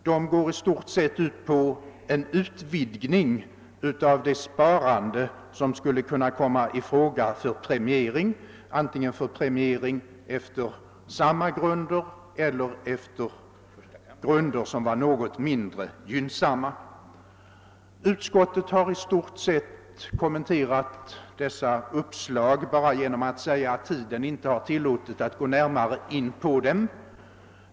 De går i stort sett ut på en utvidgning av det sparande som skulle kunna komma i fråga för premiering, antingen efter samma grunder som i propositionen eller efter något mindre gynnsamma grunder. Utskottet har kommenterat dessa uppslag genom att säga att tiden inte har tillåtit att gå närmare in på dem.